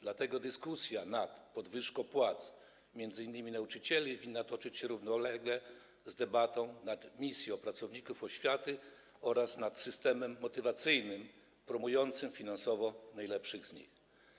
Dlatego dyskusja nad podwyżką płac m.in. nauczycieli winna toczyć się równolegle z debatą nad misją pracowników oświaty oraz nad systemem motywacyjnym promującym finansowo najlepszych z nich.